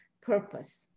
purpose